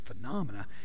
phenomena